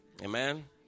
Amen